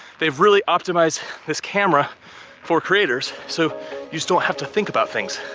they've really optimized this camera for creators so you just don't have to think about things.